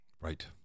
Right